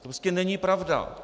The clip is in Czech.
Prostě není pravda.